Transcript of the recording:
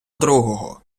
другого